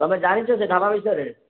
ତମେ ଜାଣିଛ ସେ ଢ଼ାବା ବିଷୟରେ